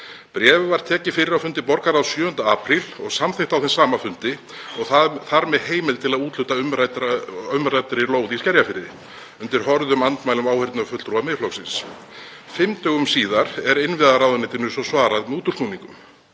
Bréfið var tekið fyrir á fundi borgarráðs 7. apríl og samþykkt á sama fundi og þar með heimild til að úthluta umræddri lóð í Skerjafirði, undir hörðum andmælum áheyrnarfulltrúa Miðflokksins. Fimm dögum síðar er innviðaráðuneytinu svo svarað með útúrsnúningum.